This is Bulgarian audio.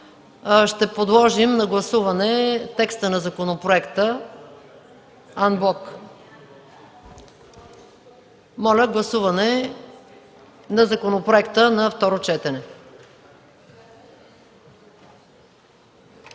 Ще подложим на гласуване текста на законопроекта анблок. Моля, гласувайте законопроекта на второ четене.